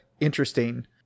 interesting